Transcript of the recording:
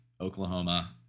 Oklahoma